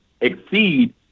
exceed